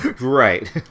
right